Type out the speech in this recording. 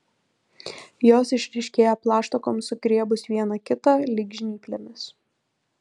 jos išryškėja plaštakoms sugriebus viena kitą lyg žnyplėmis